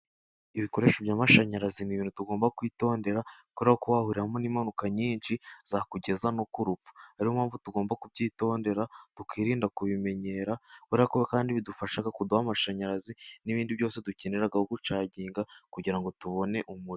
Ibikoresho by'amashanyarazi ni ibintu tugomba kwitondera kubera ko wahuriramo n'impanuka nyinshi, zakugeza no ku urupfu. Ariyo mpamvu tugomba kubyitondera tukirinda kubimenyera. Kubera ko kandi bidufasha kuduha amashanyarazi n'ibindi byose dukenera gucaginga kugirango tubone umuriro.